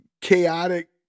chaotic